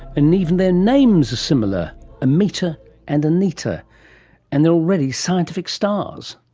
and even their names are similar ameeta and aneeta and they're already scientific stars.